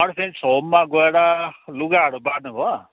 orphans होममा गएर लुगाहरू बाँड्नुभयो